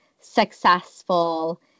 successful